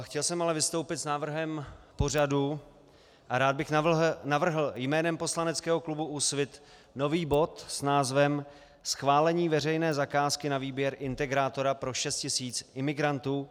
Chtěl jsem ale vystoupit s návrhem pořadu a rád bych navrhl jménem poslaneckého klubu Úsvit nový bod s názvem Schválení veřejné zakázky na výběr integrátora pro 6 000 imigrantů.